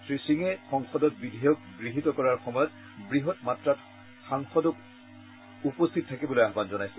শ্ৰীসিঙে সংসদত বিধেয়ক গৃহীত কৰাৰ সময়ত বৃহৎ মাত্ৰাত সাংসদক উপস্থিত থাকিবলৈ আহান জনাইছে